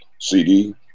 cd